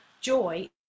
joy